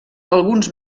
alguns